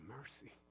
mercy